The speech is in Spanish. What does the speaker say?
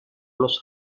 los